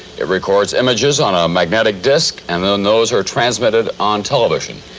it records images on a magnetic disk, and then those are transmitted on television.